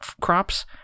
crops